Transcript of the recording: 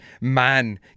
man